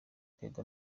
perezida